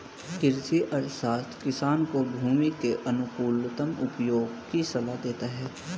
कृषि अर्थशास्त्र किसान को भूमि के अनुकूलतम उपयोग की सलाह देता है